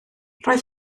roedd